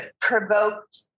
provoked